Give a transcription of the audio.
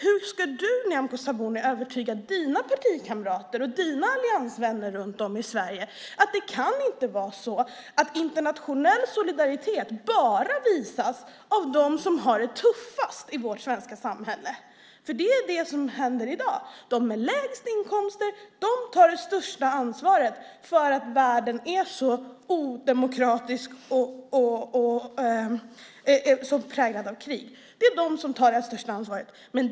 Hur ska du, Nyamko Sabuni, övertyga dina partikamrater och dina alliansvänner runt om i Sverige om att det inte kan vara så att internationell solidaritet bara visas av dem som har det tuffast i vårt svenska samhälle? Det är det som händer i dag. De med lägst inkomster tar det största ansvaret för att världen är så odemokratisk och präglad av krig. Det är de som tar det största ansvaret.